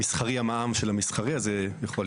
המסחרי, המע"מ של המסחרי, אז יכול להיות.